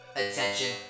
Attention